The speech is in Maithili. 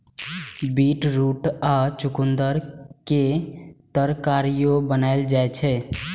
बीटरूट या चुकंदर के तरकारियो बनाएल जाइ छै